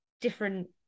different